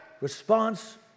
response